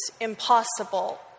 impossible